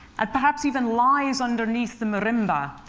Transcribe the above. and perhaps even lies underneath the marimba,